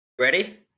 Ready